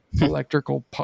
electrical